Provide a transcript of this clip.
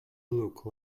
look